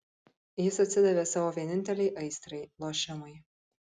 jis atsidavė savo vienintelei aistrai lošimui